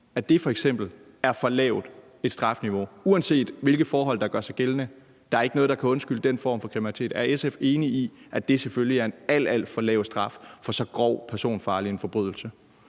pige, er for lavt et strafniveau, uanset hvilke forhold der gør sig gældende? Der er ikke noget, der kan undskylde den form for kriminalitet. Er SF enig i, at det selvfølgelig er en alt, alt for lav straf for så grov personfarlig en forbrydelse?